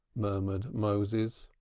murmured moses.